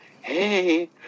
hey